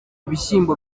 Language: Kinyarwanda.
ibishyimbo